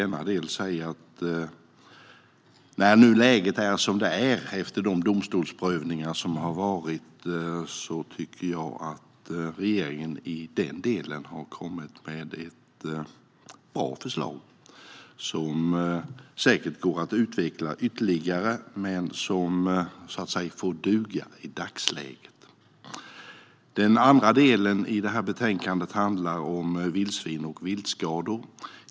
När nu läget är som det är, efter de domstolsprövningar som har varit, tycker jag att regeringen har kommit med ett bra förslag i denna del. Det går säkert att utveckla det ytterligare, men det får duga i dagsläget. Den andra delen i betänkandet handlar om vildsvin och viltskador.